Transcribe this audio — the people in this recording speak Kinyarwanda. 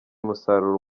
umusaruro